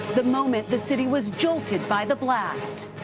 the moment the city was jolted by the blast.